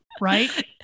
right